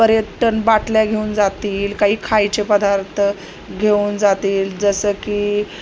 पर्यटन बाटल्या घेऊन जातील काही खायचे पदार्थ घेऊन जातील जसं की